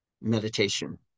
meditation